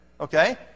okay